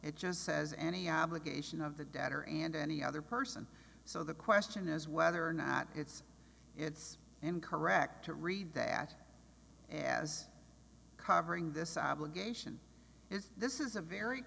it just says any obligation of the debtor and any other person so the question is whether or not it's it's and correct to read that as covering this obligation is this is a very